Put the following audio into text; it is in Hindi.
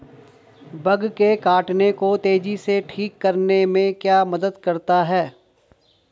बग के काटने को तेजी से ठीक करने में क्या मदद करता है?